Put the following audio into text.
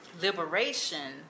liberation